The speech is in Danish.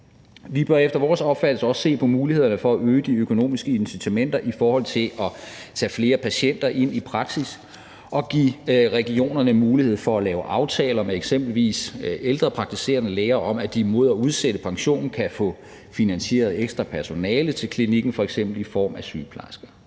Vi bør efter vores opfattelse også se på mulighederne for at øge de økonomiske incitamenter i forhold til at tage flere patienter ind i praksis, og vi bør give regionerne mulighed for at lave aftaler med eksempelvis ældre praktiserende læger om, at de mod at udsætte pensionen kan få finansieret ekstra personale til klinikken f.eks. i form af sygeplejersker.